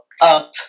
up